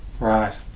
Right